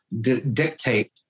dictate